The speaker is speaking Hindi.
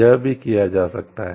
यह भी किया जा सकता है